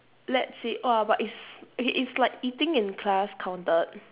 let's say !whoa! but it's okay it's like eating in class counted